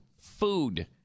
food